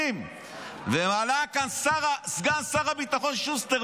ועלה כאן סגן שר הביטחון שוסטר,